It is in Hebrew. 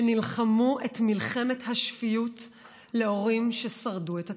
שנלחמו את מלחמת השפיות להורים ששרדו את התופת.